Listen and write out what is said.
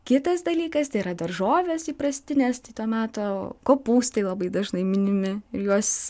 kitas dalykas tai yra daržovės įprastinės tai to meto kopūstai labai dažnai minimi ir juos